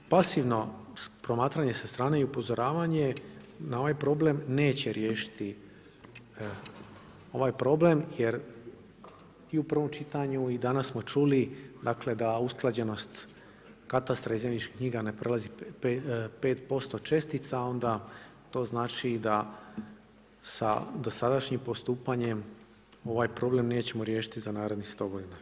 Pasivno promatranje sa strane i upozoravanje na ovaj problem neće riješiti ovaj problem jer i u prvom čitanju i danas smo čuli da usklađenost katastra i zemljišnih knjiga ne prelazi 5% čestica, a onda to znači da sa dosadašnjim postupanjem ovaj problem nećemo riješiti za narednih 100 godina.